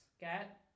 get